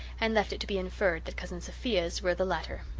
and left it to be inferred that cousin sophia's were the latter.